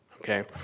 Okay